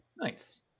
Nice